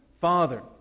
Father